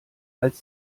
als